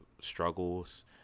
struggles